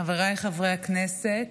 חבריי חברי הכנסת,